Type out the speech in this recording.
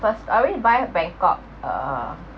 first I already buy uh bangkok ah